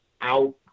out